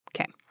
Okay